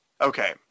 Okay